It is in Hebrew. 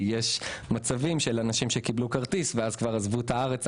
יש מצבים של אנשים שקיבלו כרטיס ואז כבר עזבו את הארץ.